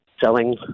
selling